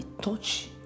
touch